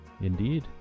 Indeed